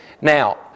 Now